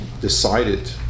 decided